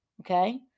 okay